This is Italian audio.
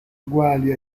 uguali